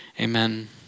amen